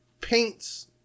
paints